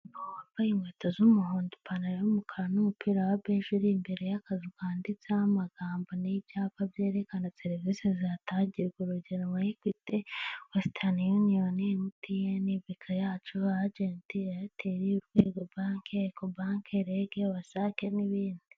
Umugabo wambaye inkweto z'umuhondo ipantaro y'umukara n'umupira wa beje uri imbere y'akazu kanditseho amagambo n'ibyapa byerekana serivisi zihatangirwa urugero nka ekwiti, wesitani uniyoni, emutiyene, beka yacu, ajenti eyateli, urwego banke, ekobanke, rege, wasake, n'ibindi.